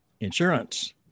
insurance